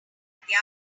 problem